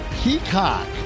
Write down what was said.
Peacock